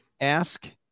Ask